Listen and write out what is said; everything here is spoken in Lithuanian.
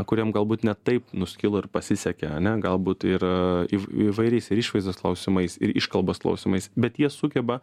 kuriem galbūt ne taip nuskilo ir pasisekė ane galbūt ir įvairiais ir išvaizdos klausimais ir iškalbos klausimais bet jie sugeba